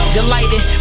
delighted